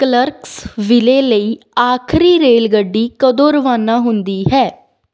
Clarksville ਲਈ ਆਖਰੀ ਰੇਲਗੱਡੀ ਕਦੋਂ ਰਵਾਨਾ ਹੁੰਦੀ ਹੈ